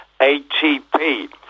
ATP